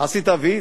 עשית "וי",